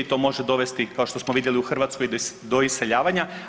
To može dovesti kao što smo vidjeli u Hrvatskoj do iseljavanja.